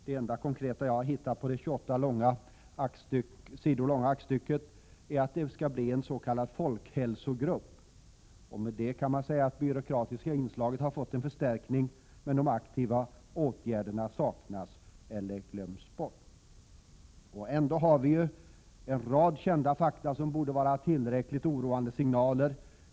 Det enda konkreta jag har hittat i det 28 sidor långa aktstycket är att en s.k. folkhälsogrupp skall bildas. Man kan säga att det byråkratiska inslaget har fått en förstärkning, men de aktiva åtgärderna saknas eller har glömts bort. Ändå har vi en rad kända fakta som borde utgöra tillräckligt oroande signaler.